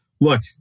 look